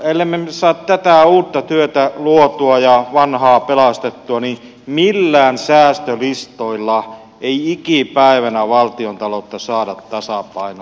ellemme me saa tätä uutta työtä luotua ja vanhaa pelastettua niin millään säästölistoilla ei ikipäivänä valtiontaloutta saada tasapainoon